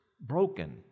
broken